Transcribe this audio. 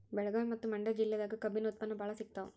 ಬೆಳಗಾವಿ ಮತ್ತ ಮಂಡ್ಯಾ ಜಿಲ್ಲೆದಾಗ ಕಬ್ಬಿನ ಉತ್ಪನ್ನ ಬಾಳ ಸಿಗತಾವ